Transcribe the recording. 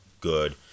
good